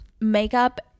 makeup